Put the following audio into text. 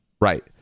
Right